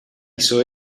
hizo